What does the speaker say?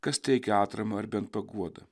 kas teikia atramą ar bent paguodą